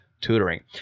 tutoring